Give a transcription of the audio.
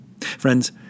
Friends